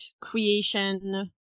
creation